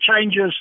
changes